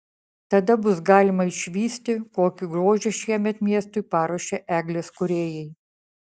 tada bus galima išvysti kokį grožį šiemet miestui paruošė eglės kūrėjai